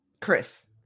Chris